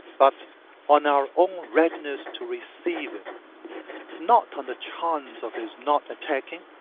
but on our own readiness to receive him not on the chance of his not attacking,